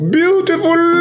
beautiful